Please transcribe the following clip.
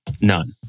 None